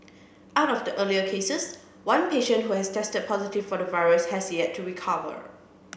out of the earlier cases one patient who had tested positive for the virus has yet to recover